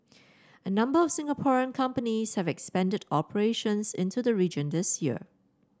a number of Singapore companies have expanded operations into the region this year